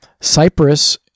Cyprus